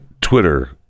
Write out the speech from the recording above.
twitter